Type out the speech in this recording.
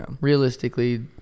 realistically